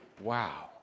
Wow